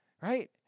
right